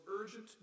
urgent